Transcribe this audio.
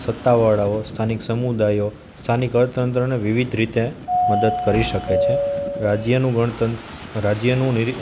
સત્તાવાળાઓ સ્થાનિક સમુદાયો સ્થાનિક અર્થતંત્રને વિવિધ રીતે મદદ કરી શકે છે રાજ્યનું રાજ્યનું